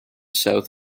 south